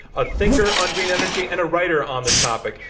a thinker on green energy, and a writer on the topic.